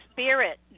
Spirit